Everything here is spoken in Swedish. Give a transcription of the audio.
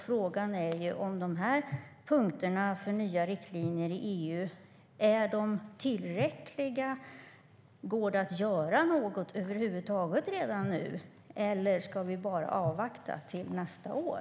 Frågan är om punkterna för nya riktlinjer i EU är tillräckliga och om det går att göra något över huvud taget redan nu eller om vi bara ska avvakta till nästa år.